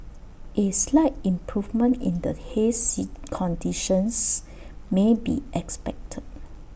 A slight improvement in the haze conditions may be expected